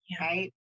right